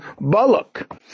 Balak